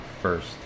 first